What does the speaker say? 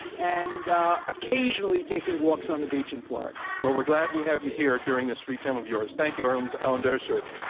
and occasionally taking walks on the beach in florida. well, we're glad we have you here during this free time of yours. thank you, um alan dershowitz.